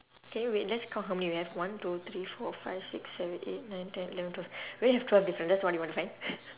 can you wait let's count how many we have one two three four five six seven eight nine ten eleven twelve we only have twelve difference that's all I'm gonna find